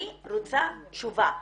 אני רוצה תשובה.